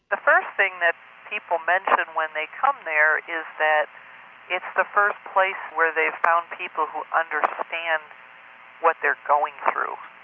the first thing people mention when they come there is that it's the first place where they've found people who understand what they're going through,